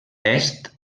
est